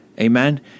amen